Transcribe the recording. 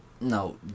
no